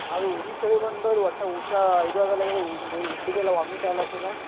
ಅದು ಉರಿ ಚಳಿ ಬಂದದ ಒಟ್ಟೇ ಊಟ ಇದು ಅಗಲ್ಯಾಗದ ಉಂಡು ಉಂಡಿದ್ದೆಲ್ಲ ವಾಮಿಟ್ ಆಗ್ಲತ್ತದೆ